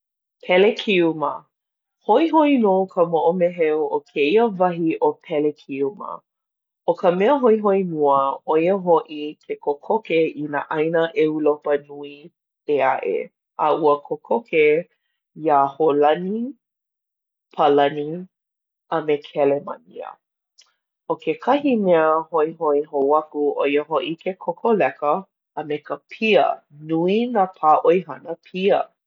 Pelekiuma. Hoihoi nō ka moʻomeheu o kēia wahi ʻo Pelekiuma. ʻO ka mea hoihoi mua, ʻo ia hoʻi ke kokoke i nā ʻāina ʻEulopa nui ʻē aʻe, a ua kokoke iā Palani, Hōlani a me Kelemānia. ʻO kekahi mea hoihoi aku, ʻo ia hoʻi ke kokoleka a me ka pia. Nui nā pāʻoihana pia.